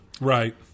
Right